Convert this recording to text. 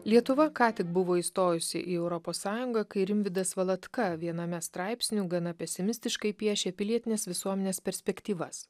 lietuva ką tik buvo įstojusi į europos sąjungą kai rimvydas valatka viename straipsnių gana pesimistiškai piešė pilietinės visuomenės perspektyvas